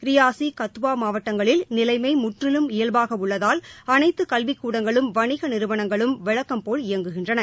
ரியாசி கத்துவா மாவட்டங்களில் நிலைமை முற்றிலும் இயல்பாக உள்ளதால் அனைத்து கல்விக்கூடங்களும் வணிக நிறுவனங்களும் வழக்கம்போல் இயங்குகின்றன